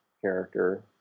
character